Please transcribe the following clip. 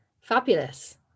fabulous